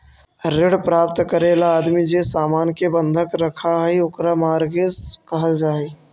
ऋण प्राप्त करे ला आदमी जे सामान के बंधक रखऽ हई ओकरा मॉर्गेज कहल जा हई